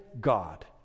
God